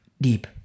deep